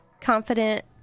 confident